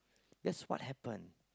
that's what happen